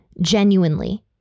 genuinely